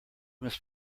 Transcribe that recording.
must